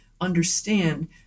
understand